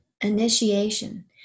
initiation